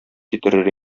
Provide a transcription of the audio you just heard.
китерер